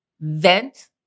vent